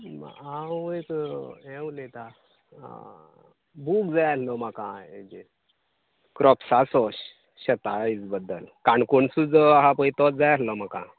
हांव एक यें उलयतां बूक जाय आसलो म्हाका एक क्रोप्साचो शेताळे बद्दल काणकोणचो जो आसा पळय तोच जाय आसलो म्हाका